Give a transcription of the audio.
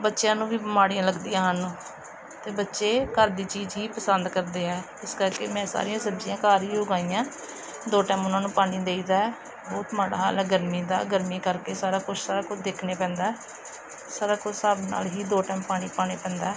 ਬੱਚਿਆਂ ਨੂੰ ਵੀ ਬਿਮਾਰੀਆਂ ਲੱਗਦੀਆਂ ਹਨ ਅਤੇ ਬੱਚੇ ਘਰ ਦੀ ਚੀਜ਼ ਹੀ ਪਸੰਦ ਕਰਦੇ ਹੈ ਇਸ ਕਰਕੇ ਮੈਂ ਸਾਰੀਆਂ ਸਬਜ਼ੀਆਂ ਘਰ ਹੀ ਉਗਾਈਆਂ ਦੋ ਟਾਈਮ ਉਹਨਾਂ ਨੂੰ ਪਾਣੀ ਦੇਈਦਾ ਬਹੁਤ ਮਾੜਾ ਹਾਲ ਹੈ ਗਰਮੀ ਦਾ ਗਰਮੀ ਕਰਕੇ ਸਾਰਾ ਕੁਛ ਸਾਰਾ ਕੁਝ ਦੇਖਣੇ ਪੈਂਦਾ ਸਾਰਾ ਕੁਝ ਹਿਸਾਬ ਨਾਲ ਹੀ ਦੋ ਟਾਈਮ ਪਾਣੀ ਪਾਉਣੇ ਪੈਂਦਾ